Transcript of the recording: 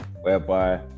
whereby